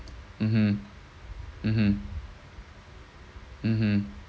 mmhmm mmhmm mmhmm